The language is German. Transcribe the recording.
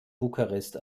bukarest